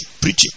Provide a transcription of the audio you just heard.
preaching